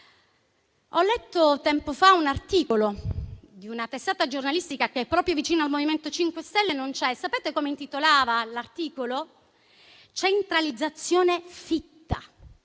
Ho letto tempo fa un articolo di una testata giornalistica che non è proprio vicina al MoVimento 5 Stelle. Sapete come si intitolava l'articolo? "Centralizzazione fitta".